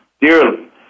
dearly